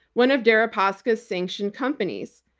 one of deripaska's sanctioned companies.